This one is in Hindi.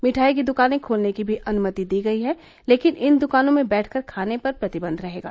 मिठाई की दुकानें खोलने की भी अनुमति दी गई है लेकिन इन दुकानों में बैठकर खाने पर प्रतिबन्ध रहेगा